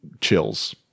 chills